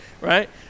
right